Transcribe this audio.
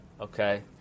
Okay